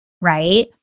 right